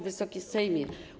Wysoki Sejmie!